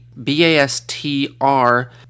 B-A-S-T-R